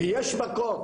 ויש מקום,